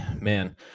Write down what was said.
Man